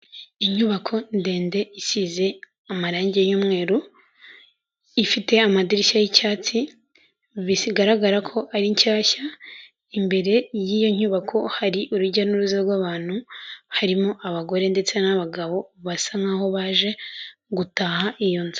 Inyubako ndende isize amarange y'umweru, ifite amadirishya y'icyatsi gusa igaragara ko ari nshyashya, imbere y'iyo nyubako hari urujya n'uruza rw'abantu, harimo abagore ndetse n'abagabo basa nk'aho baje gutaha iyo nzu.